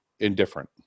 Indifferent